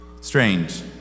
strange